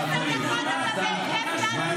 אתה מסית כבר עשר דקות.